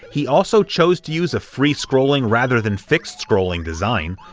he also chose to use a free-scrolling, rather than fixed-scrolling design,